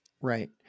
Right